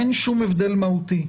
אין שום הבדל מהותי!